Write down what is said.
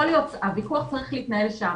יכול להיות, הוויכוח צריך להתנהל שם.